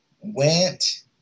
went